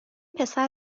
پسر